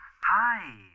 Hi